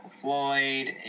Floyd